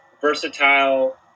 versatile